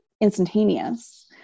instantaneous